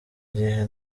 gihe